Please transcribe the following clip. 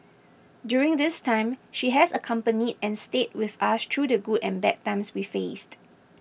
during this time she has accompanied and stayed with us through the good and bad times we faced